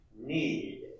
Need